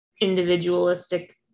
individualistic